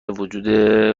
وجود